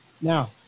Now